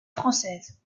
française